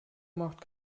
macht